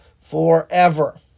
forever